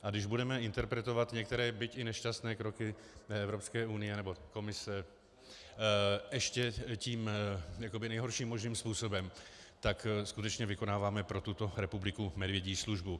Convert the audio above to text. A když budeme interpretovat některé, byť i nešťastné, kroky Evropské unie, nebo Komise, ještě tím jakoby nejhorším možným způsobem, tak skutečně vykonáváme pro tuto republiku medvědí službu.